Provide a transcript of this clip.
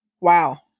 Wow